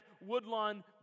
Woodlawn